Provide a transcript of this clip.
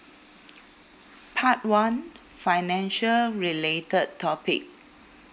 part one financial related topic